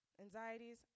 anxieties